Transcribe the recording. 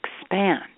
expand